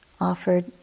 offered